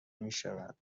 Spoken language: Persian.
میشود